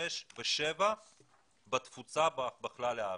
שש ושבע בתפוצה בכלל הארץ.